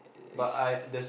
is